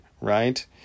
right